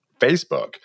Facebook